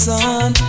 Sun